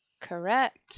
Correct